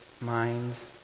minds